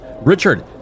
Richard